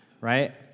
right